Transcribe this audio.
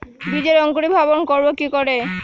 বীজের অঙ্কুরিভবন করব কি করে?